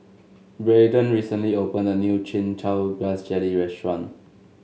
Braden recently opened a new Chin Chow Grass Jelly restaurant